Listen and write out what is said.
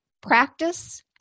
practice